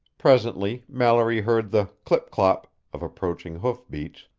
presently mallory heard the clip-clop of approaching hoofbeats,